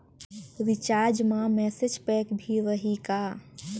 Recharge मा message pack भी रही का?